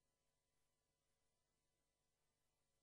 שרת המשפטים שבאה לוועדת החוקה ואומרת בעצמה: אין שום בעיה בחוק הקיים.